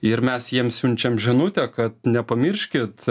ir mes jiems siunčiam žinutę kad nepamirškit